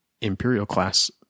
Imperial-class